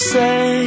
say